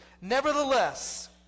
Nevertheless